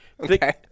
Okay